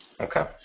Okay